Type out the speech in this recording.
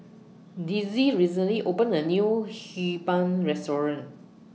Dezzie recently opened A New Hee Pan Restaurant